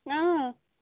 اۭں